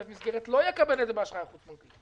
שקל מסגרת ולא יקבל את זה באשראי החוץ-בנקאי.